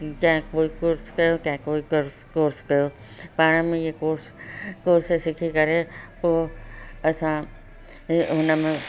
कंहिं कोई कोर्स कयो कंहिं कोई कोर्स कोर्स कयो पाण में इहे कोर्स कोर्स सिखी करे पोइ असां इहे हुन में